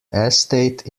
estate